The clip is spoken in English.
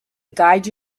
guide